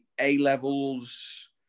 A-levels